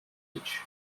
beach